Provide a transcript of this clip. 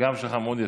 הגב שלך מאוד יפה.